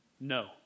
no